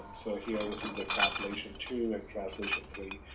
so here this is a translation two and translation three,